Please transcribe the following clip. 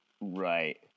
right